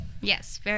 Yes